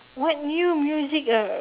what new music uh